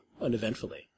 uneventfully